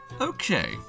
Okay